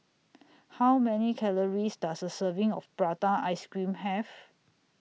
How Many Calories Does A Serving of Prata Ice Cream Have